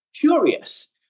curious